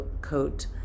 coat